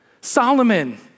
Solomon